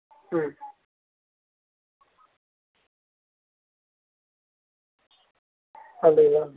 ம் அப்படிங்களா